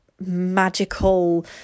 magical